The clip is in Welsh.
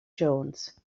jones